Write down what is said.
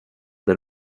del